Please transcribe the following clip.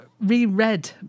reread